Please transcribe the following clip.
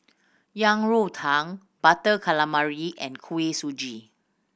Yang Rou Tang Butter Calamari and Kuih Suji